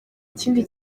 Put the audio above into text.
ikindi